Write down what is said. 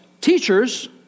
teachers